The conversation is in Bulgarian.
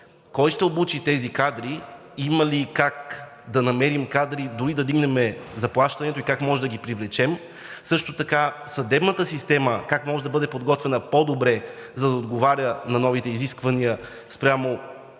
кой ще обучи тези кадри, има ли как да намерим кадри, дори и да вдигнем заплащането и как можем да ги привлечем? Също така съдебната система как може да бъде подготвена по-добре, за да отговаря на новите изисквания спрямо